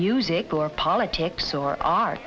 music or politics or ar